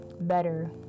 better